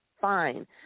fine